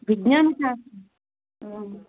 विज्ञान शास्त्रम् आम्